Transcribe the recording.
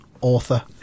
author